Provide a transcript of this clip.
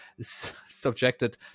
subjected